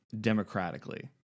democratically